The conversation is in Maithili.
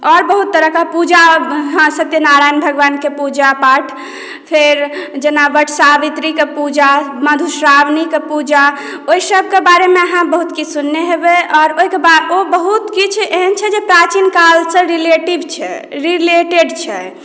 आओर बहुत तरहके पूजा हँ सत्यनारायण भगवानके पूजा पाठ फेर जेना वटसावित्रीके पूजा मधुश्रावणीके पूजा ओहि सभके बारेमे अहाँ बहुत किछु सुनने हेबै आओर ओहिके बाद ओ बहुत किछु एहन छै जे प्राचीन कालसँ रेलेटेड छै